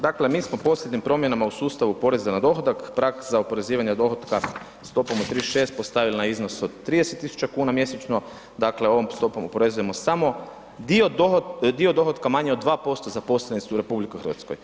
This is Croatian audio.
Dakle, mi smo posljednjim promjenama u sustavu poreza na dohodak, prag za oporezivanje dohotka stopom od 36 postavili na iznos od 30.000 kuna mjesečno, dakle ovom stopom oporezujemo samo dio dohotka manje od 2% zaposlenosti u RH.